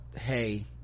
hey